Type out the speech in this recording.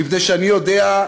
מפני שאני יודע,